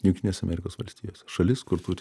jungtinėse amerikos valstijose šalis kur turi